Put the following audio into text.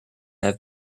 have